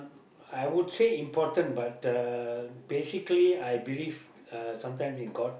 I would say important but uh basically I believe uh sometimes in god